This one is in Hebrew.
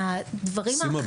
סימה,